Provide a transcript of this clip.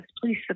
Please